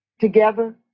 together